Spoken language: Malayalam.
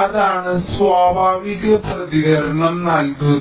അതാണ് സ്വാഭാവിക പ്രതികരണം നൽകുന്നത്